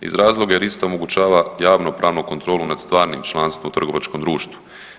Iz razloga jer ista omogućava javnopravnu kontrolu nad stvarnim članstvom u trgovačkom društvu.